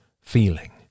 feeling